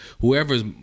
whoever's